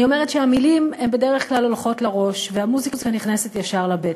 אני אומרת שהמילים בדרך כלל הולכות לראש והמוזיקה נכנסת ישר לבטן.